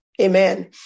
Amen